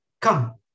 come